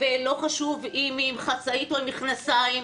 ולא חשוב אם היא עם חצאית או עם מכנסיים.